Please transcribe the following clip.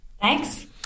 Thanks